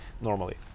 normally